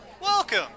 Welcome